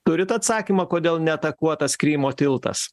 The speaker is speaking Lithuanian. turit atsakymą kodėl ne atakuotas krymo tiltas